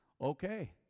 Okay